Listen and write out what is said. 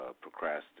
procrastinate